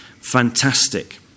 fantastic